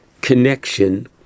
connection